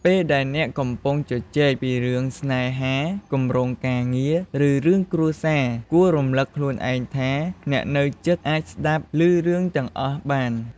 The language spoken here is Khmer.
ពេលដែលអ្នកកំពុងជជែកពីរឿងស្នេហា គម្រោងការងារ ឬ រឿងគ្រួសារ គួររំលឹកខ្លួនឯងថាអ្នកនៅជិតអាចស្ដាប់លឺរឿងទាំងអស់បាន។